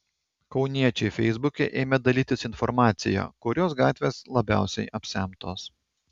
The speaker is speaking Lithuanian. kauniečiai feisbuke ėmė dalytis informacija kurios gatvės labiausiai apsemtos